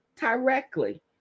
directly